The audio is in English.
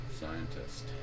Scientist